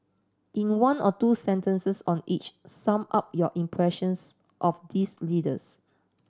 in one or two sentences on each sum up your impressions of these leaders